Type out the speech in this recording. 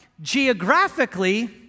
geographically